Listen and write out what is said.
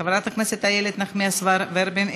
חברת הכנסת אילת נחמיאס ורבין,